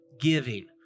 giving